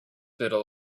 biddle